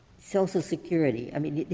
social security. i mean,